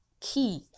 key